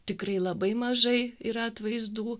tikrai labai mažai yra atvaizdų